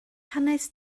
hanes